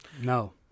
No